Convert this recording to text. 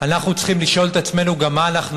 אנחנו צריכים לשאול את עצמנו גם מה אנחנו